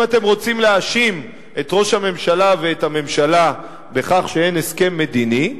אם אתם רוצים להאשים את ראש הממשלה ואת הממשלה בכך שאין הסכם מדיני,